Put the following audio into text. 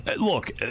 look